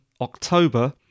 October